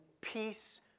peace